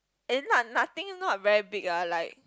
eh not nothing not very big ah like